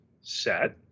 set